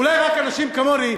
אולי רק אנשים כמוני,